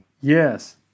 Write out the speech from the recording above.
Yes